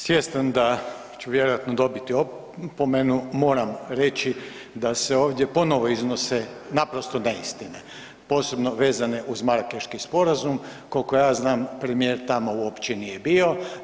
Svjestan da ću vjerojatno dobiti opomenu moram reći da se ovdje ponovno iznose naprosto neistine, posebno vezane uz Marakeški sporazum, koliko ja znam premijer tamo uopće nije bio.